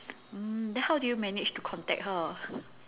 mm then how do you manage to contact her